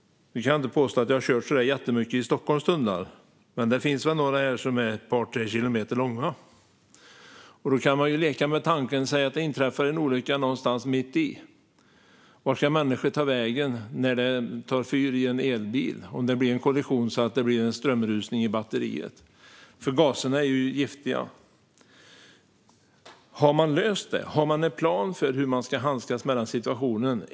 Jag kan inte påstå att jag har kört så jättemycket i Stockholms tunnlar, men det finns väl några här som är ett par tre kilometer långa. Då kan man leka med tanken att det inträffar en olycka någonstans mitt i. Vart ska människor ta vägen när det tar fyr i en elbil efter en kollision som leder till en strömrusning i batteriet? Gaserna är nämligen giftiga. Har man löst det? Har man en plan för hur man ska handskas med den situationen?